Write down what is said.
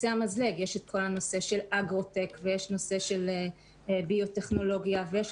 הנושא של אגרו-טק ונושא של ביו-טכנולוגיה ויש